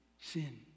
sin